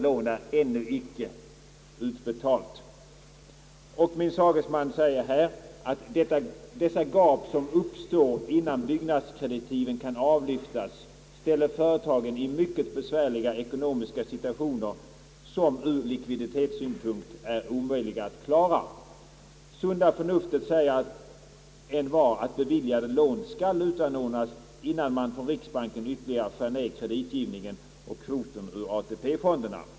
Lånet är ännu icke utbetalat. Min sagesman säger att dessa gap som uppstår innan byggnadskreditiven kan avlyftas ställer företagen i mycket besvärliga ekonomiska situationer som ur likviditetssynpunkt är omöjliga att klara. Sunda förnuftet säger envar au beviljade lån skall utanordnas innan man från riksbanken ytterligare skär ner kreditgivningen och kvoten ur ATP-fonderna.